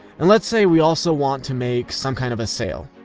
and let's say we also want to make some kind of a sale.